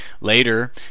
Later